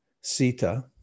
Sita